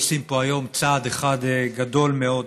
עושים פה היום צעד אחד גדול מאוד,